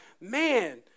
man